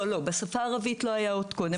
לא, בשפה הערבית לא היה עוד קודם.